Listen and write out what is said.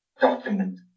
document